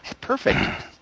Perfect